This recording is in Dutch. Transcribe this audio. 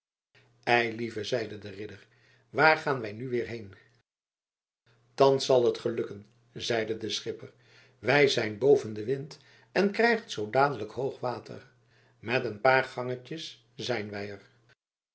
eilieve zeide de ridder waar gaan wij nu weer heen thans zal het gelukken zeide de schipper wij zijn boven den wind en krijgen zoo dadelijk hoog water met een paar gangetjes zijn wij er